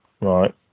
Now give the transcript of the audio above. Right